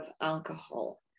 alcohol